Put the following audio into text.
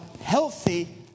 healthy